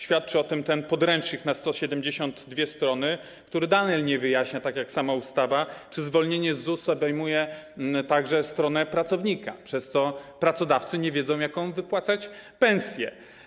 Świadczy o tym ten podręcznik mający 172 strony, który dalej nie wyjaśnia, jak i ustawa, czy zwolnienie z ZUS obejmuje także stronę pracownika, przez co pracodawcy nie wiedzą, jaką wypłacać pensję.